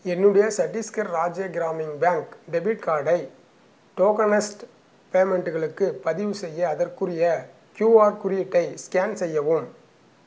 என்னுடைய Chhattisgarh Rajya Gramin bank debit கார்டை tokenised பேமெண்ட்களுக்கு பதிவு செய்ய அதற்குரிய கியூஆர் குறியீட்டை ஸ்கேன் செய்யவும்